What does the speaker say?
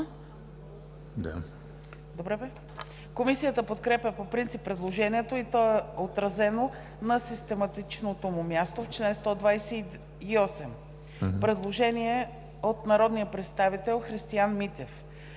Владимиров. Комисията подкрепя по принцип предложението, което е отразено на систематичното му място в чл. 128. Предложение на народния представител Христиан Митев.